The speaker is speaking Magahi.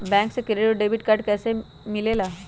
बैंक से क्रेडिट और डेबिट कार्ड कैसी मिलेला?